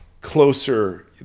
closer